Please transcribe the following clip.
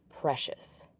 Precious